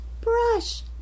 brush